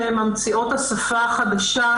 ממציאות השפה החדשה,